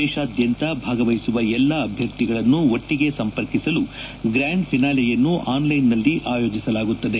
ದೇಶಾದ್ಯಂತ ಭಾಗವಹಿಸುವ ಎಲ್ಲಾ ಅಭ್ಯರ್ಥಿಗಳನ್ನು ಒಟ್ಟಿಗೆ ಸಂಪರ್ಕಿಸಲು ಗ್ರಾಂಡ್ ಫಿನಾಲೆಯನ್ನು ಆನ್ಲೈನ್ನಲ್ಲಿ ಆಯೋಜಿಸಲಾಗುತ್ತದೆ